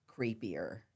creepier